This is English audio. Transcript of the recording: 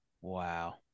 Wow